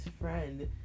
friend